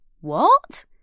What